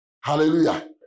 Hallelujah